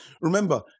remember